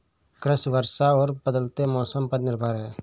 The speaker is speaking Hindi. कृषि वर्षा और बदलते मौसम पर निर्भर है